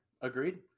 agreed